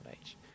age